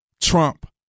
Trump